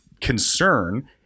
concern